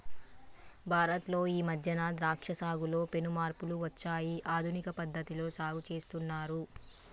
భారత్ లో ఈ మధ్యన ద్రాక్ష సాగులో పెను మార్పులు వచ్చాయి ఆధునిక పద్ధతిలో సాగు చేస్తున్నారు